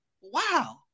wow